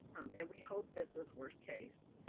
um and we hope this is worst-case,